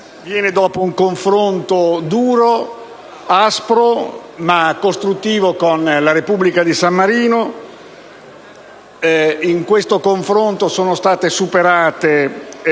esame dopo un confronto duro, aspro, ma costruttivo con la Repubblica di San Marino. In questo confronto sono stati superati